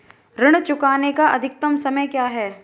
ऋण चुकाने का अधिकतम समय क्या है?